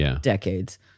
decades